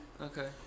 Okay